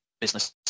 business